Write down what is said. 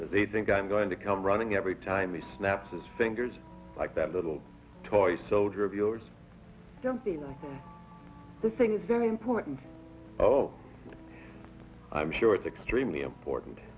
they think i'm going to come running every time he snaps his fingers like that little toy soldier of yours jumping on the thing is very important oh i'm sure it's extremely important